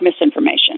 misinformation